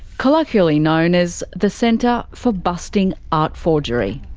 colloquially known as the centre for busting art forgery.